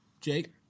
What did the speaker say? Jake